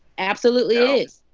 absolutely is.